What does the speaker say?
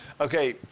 okay